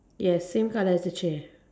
yes same color as the chair